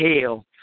hell